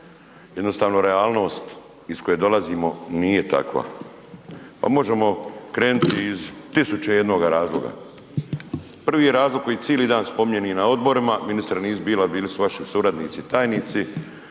Jednostavno realnost iz koje dolazimo nije takva. Ali možemo krenuti iz 1001 razloga. Prvi je razlog koji cijeli dan spominjem i na odborima, ministri nisu bili, bili su vaši suradnici tajnici,